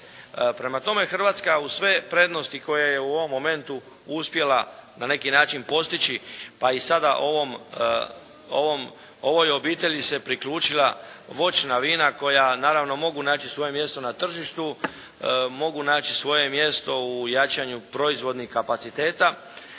Prema tome, Hrvatska uz sve prednosti koje je u ovom momentu uspjela na neki način postići, pa i sada ovoj obitelji se priključila voćna vina koja naravno mogu naći svoje mjesto na tržištu, mogu naći svoje mjesto u jačanju proizvodnih kapaciteta